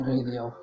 Radio